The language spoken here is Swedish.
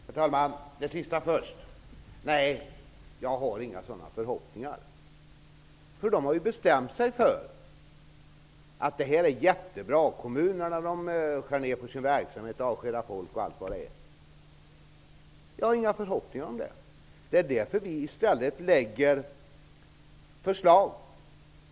Herr talman! Det sista först: Jag har inga sådana förhoppningar. De borgerliga har bestämt sig för att detta är jättebra. Kommunerna skär ner på sin verksamhet, avskedar folk osv. Jag har inga förhoppningar. Det är därför vi i stället lägger fram förslag.